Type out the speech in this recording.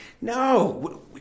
no